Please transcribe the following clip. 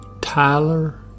Tyler